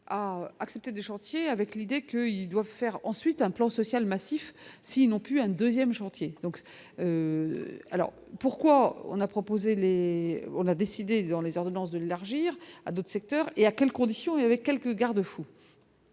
à accepter des chantiers avec l'idée qu'ils doivent faire ensuite un plan social massif, sinon plus, un 2ème chantier donc alors pourquoi on a proposé les on a décidé dans les ordonnances de l'élargir à d'autres secteurs et à quelles conditions et avec quelques garde-fous.